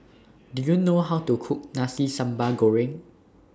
Do YOU know How to Cook Nasi Sambal Goreng